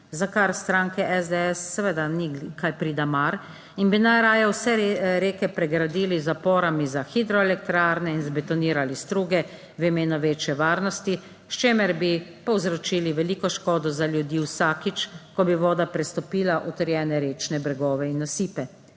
za kar stranki SDS seveda ni kaj prida mar in bi najraje vse reke pregradili z zaporami za hidroelektrarne in zabetonirali struge v imenu večje varnosti, s čimer bi povzročili veliko škodo za ljudi vsakič, ko bi voda prestopila utrjene rečne bregove in nasipe.